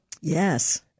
Yes